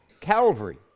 Calvary